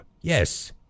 yes